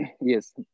Yes